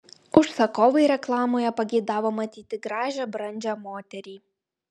užsakovai reklamoje pageidavo matyti gražią brandžią moterį